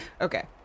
Okay